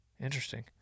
Interesting